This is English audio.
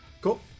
cool